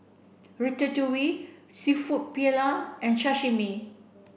Ratatouille Seafood Paella and Sashimi